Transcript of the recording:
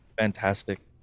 Fantastic